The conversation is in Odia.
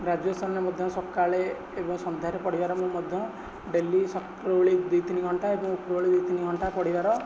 ଗ୍ରାଜୁଏସନ୍ରେ ମଧ୍ୟ ସକାଳେ ଏବଂ ସନ୍ଧ୍ୟାରେ ପଢ଼ିବାର ମୁଁ ମଧ୍ୟ ଡେଲି ସକାଳଓଳି ଦୁଇ ତିନି ଘଣ୍ଟା ଓ ଉପରଓଳି ଦୁଇ ତିନି ଘଣ୍ଟା ପଢ଼ିବାର